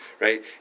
right